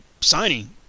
signing